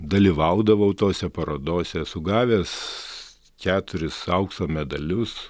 dalyvaudavau tose parodose esu gavęs keturis aukso medalius